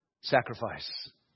sacrifice